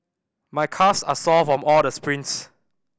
my calves are sore from all the sprints